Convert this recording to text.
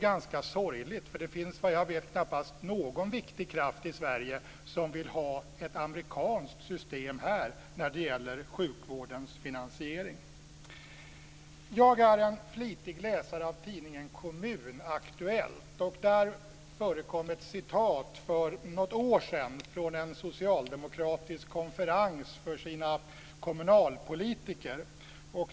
Vad jag vet finns det knappast någon viktig kraft i Sverige som vill ha ett amerikanskt system för sjukvårdens finansiering här. Jag är en flitig läsare av tidningen Kommun Aktuellt. Där förekom för något år sedan ett reportage från en socialdemokratisk konferens för kommunalpolitiker.